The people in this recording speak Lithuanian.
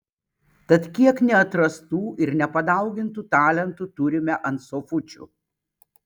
tad kiek neatrastų ir nepadaugintų talentų turime ant sofučių